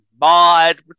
mod